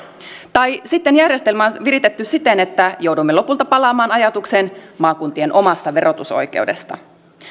tai sitten järjestelmä on viritetty siten että joudumme lopulta palaamaan ajatukseen maakuntien omasta verotusoikeudesta